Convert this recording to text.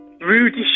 Rudy